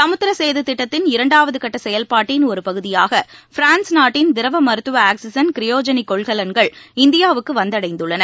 சமுத்திர சேது திட்டத்தின் இரண்டாவது கட்ட செயல்பாட்டின் ஒரு பகுதியாக பிரான்ல் நாட்டின் திரவ மருத்துவ ஆக்சிஜன் கிரையோஜெனிக் கொள்கலன்கள் இந்தியாவுக்கு வந்தடைந்துள்ளன